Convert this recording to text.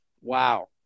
Wow